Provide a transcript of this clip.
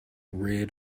rid